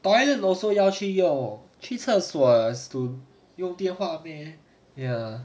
toilet also 要去用去厕所 as to 用电话 meh ya